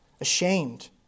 Ashamed